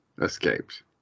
escaped